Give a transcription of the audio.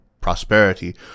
prosperity